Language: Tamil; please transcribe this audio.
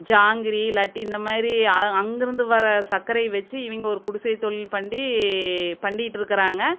ஜாங்கிரி லட்டு இந்த மாதிரி அ அங்கேருந்து வர சர்க்கரைய வெச்சு இவங்க ஒரு குடிசை தொழில் பண்ணி பண்ணிட்ருக்குறாங்க